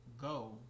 go